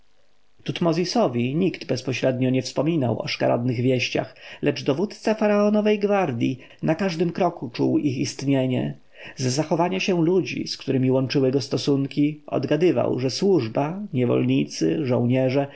tutmozisowi nikt bezpośrednio nie wspominał o szkaradnych wieściach lecz dowódca faraonowej gwardji na każdym kroku czuł ich istnienie z zachowania się ludzi z którymi łączyły go stosunki odgadywał że służba niewolnicy